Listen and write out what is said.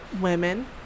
women